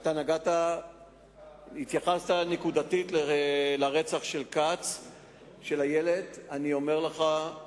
התייחסת נקודתית לרצח של הילד כץ.